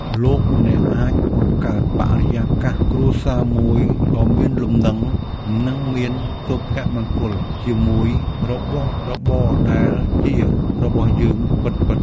លោកអ្នកអាចបង្កើតបរិយាកាសគ្រួសារមួយដ៏មានលំនឹងនិងមានសុភមង្គលជាមួយរបស់របរដែលជារបស់យើងពិតៗ។